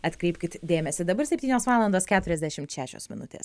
atkreipkit dėmesį dabar septynios valandos keturiasdešimt šešios minutės